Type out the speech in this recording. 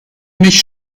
mich